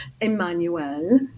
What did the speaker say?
Emmanuel